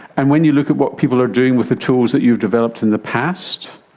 and when you look at what people are doing with the tools that you've developed in the past,